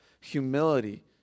humility